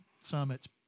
summits